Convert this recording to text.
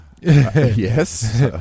Yes